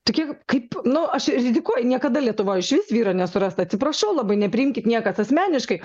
tokie kaip nu aš rizikuoju niekada lietuvoj iš vis vyro nesurast atsiprašau labai nepriimkit niekas asmeniškai